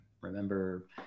remember